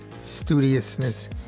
studiousness